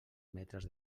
metres